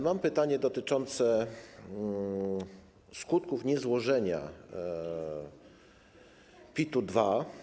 Mam pytanie dotyczące skutków niezłożenia PIT-2.